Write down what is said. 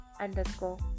underscore